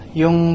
yung